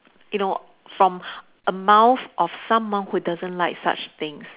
you know from a mouth of someone who doesn't like such things